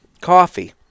coffee